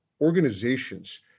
organizations